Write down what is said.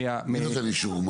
מי נותן אישור?